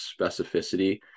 specificity